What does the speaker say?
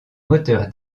moteur